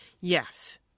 Yes